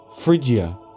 Phrygia